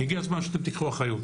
הגיע הזמן שאתם תקחו אחריות,